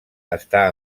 està